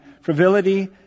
frivolity